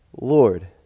Lord